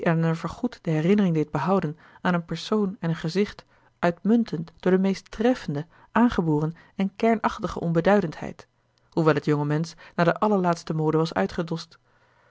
voorgoed de herinnering deed behouden aan een persoon en een gezicht uitmuntend door de meest treffende aangeboren en kernachtige onbeduidendheid hoewel het jongemensch naar de allerlaatste mode was uitgedost